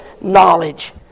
knowledge